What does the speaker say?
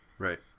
Right